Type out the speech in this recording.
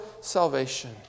salvation